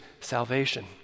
salvation